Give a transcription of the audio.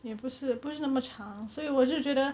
也不是不是那么长所以我就觉得